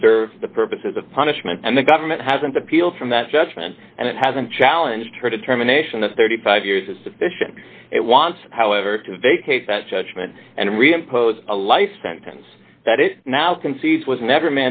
to serve the purposes of punishment and the government hasn't appealed from that judgment and it hasn't challenged her determination of thirty five years is sufficient it wants however to vacate that judgment and reimpose a life sentence that it now concedes was never